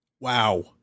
Wow